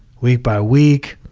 week by week,